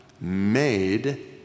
made